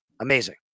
Amazing